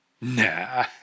Nah